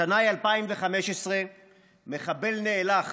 השנה היא 2015. מחבל נאלח,